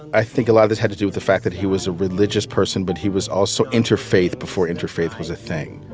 i think a lot of this had to do with the fact that he was a religious person, but he was also interfaith before interfaith was a thing.